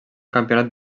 campionat